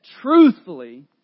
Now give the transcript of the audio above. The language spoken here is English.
Truthfully